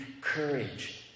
courage